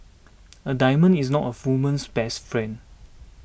a diamond is not a woman's best friend